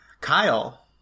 Kyle